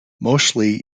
mostly